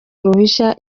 uruhusa